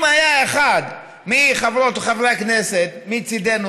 אם היה אחד מחברות וחברי הכנסת מצידנו,